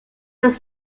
was